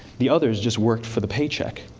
the others just worked for the paycheck.